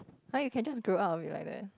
[huh] you can just grow out of it like that